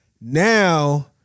Now